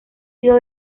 sido